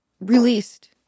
released